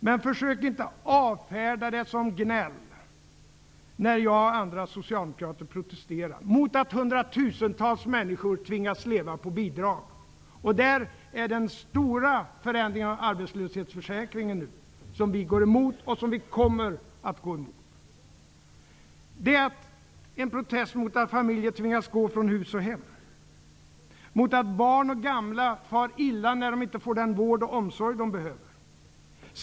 Men försök inte avfärda det som gnäll när jag och andra socialdemokrater protesterar mot att hundratusentals människor tvingas leva på bidrag. Vi går emot och vi kommer också att gå emot den stora förändringen av arbetslöshetsförsäkringen. Vi protesterar mot att familjer tvingas gå från hus och hem, mot att barn och gamla far illa när de inte får den vård och omsorg de behöver.